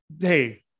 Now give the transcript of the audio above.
Hey